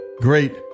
great